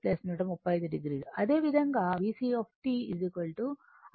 అదేవిధంగా VC i j X C